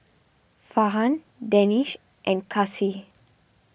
Farhan Danish and Kasih